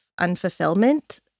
unfulfillment